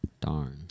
Darn